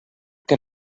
que